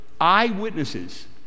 eyewitnesses